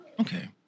Okay